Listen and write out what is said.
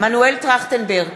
מנואל טרכטנברג,